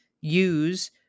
use